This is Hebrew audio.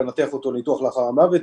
לנתח אותו ניתוח לאחר המוות,